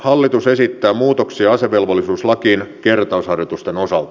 hallitus esittää muutoksia asevelvollisuuslakiin kertausharjoitusten osalta